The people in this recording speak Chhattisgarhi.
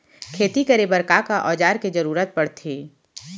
खेती करे बर का का औज़ार के जरूरत पढ़थे?